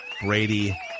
Brady